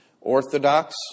Orthodox